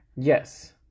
Yes